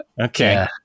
okay